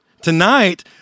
Tonight